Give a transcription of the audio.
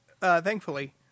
Thankfully